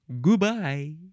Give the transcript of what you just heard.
Goodbye